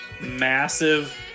massive